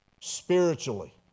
spiritually